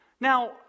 Now